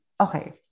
Okay